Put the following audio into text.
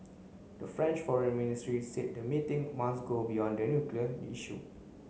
the French foreign ministry said the meeting must go beyond the nuclear issue